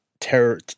terror